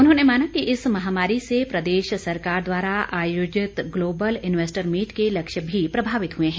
उन्होंने माना कि इस महामारी से प्रदेश सरकार द्वारा आयोजित ग्लोबल इंवेस्टर मीट के लक्ष्य भी प्रभावित हुए हैं